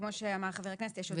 כמו שאמר חבר הכנסת, יש עוד עבודה.